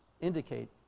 indicate